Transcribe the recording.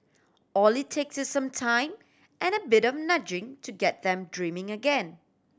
all it takes is some time and a bit of nudging to get them dreaming again